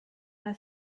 una